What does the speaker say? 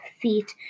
feet